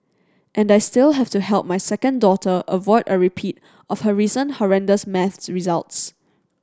and I still have to help my second daughter avoid a repeat of her recent horrendous maths results